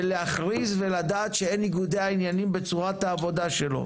ולהכריז ולדעת שאין ניגודי עניינים בצורת העבודה שלו,